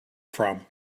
from